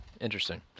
interesting